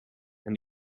and